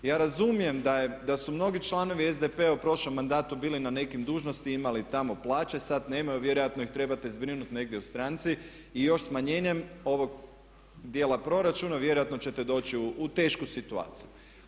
Ja razumijem da su mnogi članovi SDP-a u prošlom mandatu bili na nekim dužnostima i imali tamo plaće, sada nemaju, vjerojatno ih trebate zbrinuti negdje u stranci i još smanjenjem ovog dijela proračuna vjerojatno ćete doći u tešku situaciju.